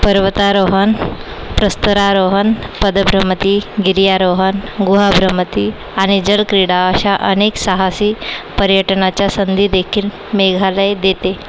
पर्वतारोहण प्रस्तरारोहण पदभ्रमंती गिर्यारोहण गुहाभ्रमंती आणि जलक्रीडा अशा अनेक साहसी पर्यटनाच्या संधीदेखील मेघालय देते